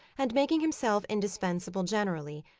and making himself indispensable generally,